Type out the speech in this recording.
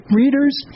readers